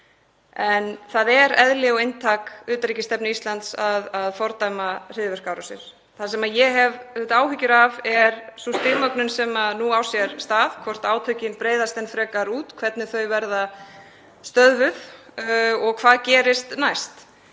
en það er eðli og inntak utanríkisstefnu Íslands að fordæma hryðjuverkaárásir. Það sem ég hef auðvitað áhyggjur af er sú stigmögnun sem nú á sér stað; hvort átökin breiðist frekar út, hvernig þau verði stöðvuð og hvað gerist næst.